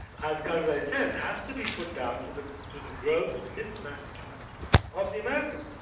as karzai says, has to be put down to the to the gross mismanagement of the americans.